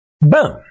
Boom